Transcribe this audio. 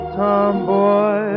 tomboy